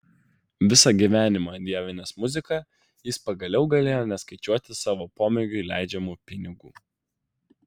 visą gyvenimą dievinęs muziką jis pagaliau galėjo neskaičiuoti savo pomėgiui leidžiamų pinigų